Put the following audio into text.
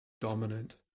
dominant